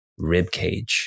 ribcage